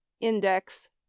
index